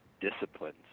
disciplines